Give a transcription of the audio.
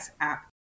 app